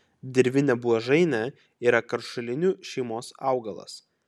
dirvinė buožainė yra karšulinių šeimos augalas